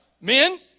Men